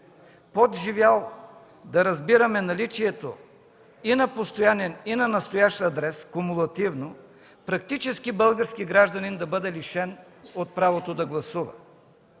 под „живял” да разбираме наличието и на постоянен, и на настоящ адрес – кумулативно, практически български гражданин да бъде лишен от правото да гласува.